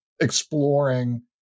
exploring